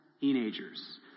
teenagers